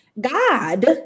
God